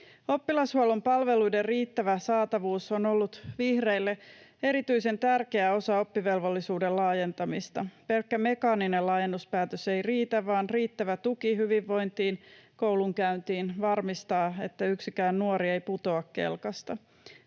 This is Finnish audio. Oppilashuollon palveluiden riittävä saatavuus on ollut vihreille erityisen tärkeä osa oppivelvollisuuden laajentamista. Pelkkä mekaaninen laajennuspäätös ei riitä, vaan riittävä tuki hyvinvointiin ja koulunkäyntiin varmistaa, että yksikään nuori ei putoa kelkasta.